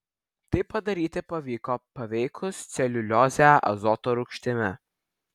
tai padaryti pavyko paveikus celiuliozę azoto rūgštimi